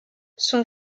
son